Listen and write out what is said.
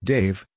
Dave